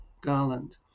garland